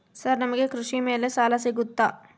Sir ನಮಗೆ ಕೃಷಿ ಮೇಲೆ ಸಾಲ ಸಿಗುತ್ತಾ?